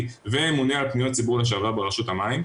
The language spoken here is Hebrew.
וממונה על פניות ציבור לשעבר ברשות המים,